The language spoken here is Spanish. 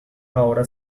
ahora